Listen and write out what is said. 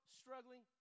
struggling